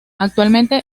actualmente